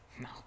No